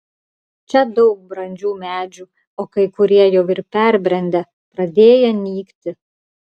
čia daug brandžių medžių o kai kurie jau ir perbrendę pradėję nykti